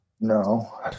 No